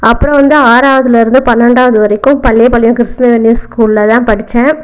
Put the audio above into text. அப்புறம் வந்து ஆறாவதில் இருந்து பன்னெண்டாவது வரைக்கும் பள்ளிபாளையம் கிருஷ்ணவேணி ஸ்கூலில் தான் படிச்சேன்